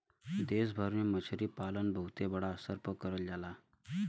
देश भर में मछरी पालन बहुते बड़ा स्तर पे करल जाला